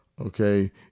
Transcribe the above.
Okay